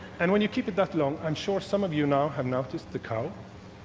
and when you keep it that long, i'm sure some of you now have noticed the cow.